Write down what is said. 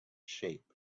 shape